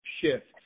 shifts